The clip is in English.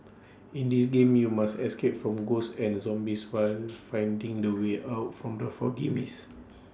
in this game you must escape from ghosts and zombies while finding the way out from the foggy maze